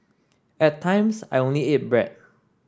at times I only ate bread